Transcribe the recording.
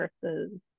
versus